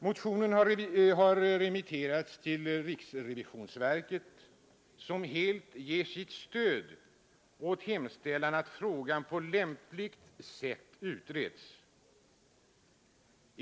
Motionen har remitterats till riksrevisionsverket, som helt ger sitt stöd åt hemställan att frågan på lämpligt sätt utreds.